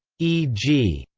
e g,